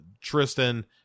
Tristan